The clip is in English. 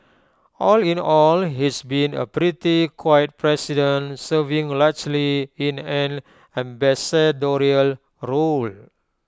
all in all he's been A pretty quiet president serving largely in an ambassadorial role